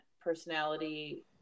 personality